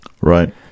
Right